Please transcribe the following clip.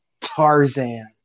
Tarzan